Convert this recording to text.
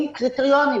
עם קריטריונים.